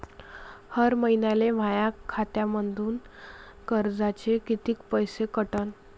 हर महिन्याले माह्या खात्यातून कर्जाचे कितीक पैसे कटन?